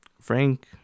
frank